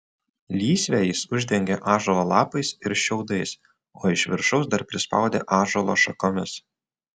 lysvę jis uždengė ąžuolo lapais ir šiaudais o iš viršaus dar prispaudė ąžuolo šakomis